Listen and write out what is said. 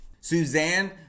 Suzanne